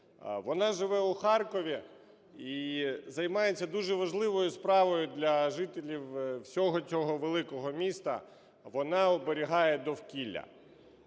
Вона живе у Харкові і займається дуже важливою справою для жителів всього цього великого міста – вона оберігає довкілля.